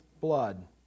blood